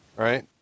Right